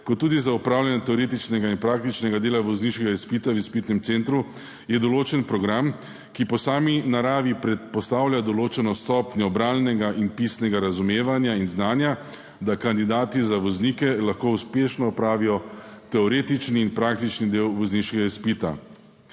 kot tudi za opravljanje teoretičnega in praktičnega dela vozniškega izpita v izpitnem centru, je določen program, ki po sami naravi predpostavlja določeno stopnjo bralnega in pisnega razumevanja in znanja, da kandidati za voznike lahko uspešno opravijo teoretični in praktični del vozniškega izpita.